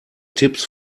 tipps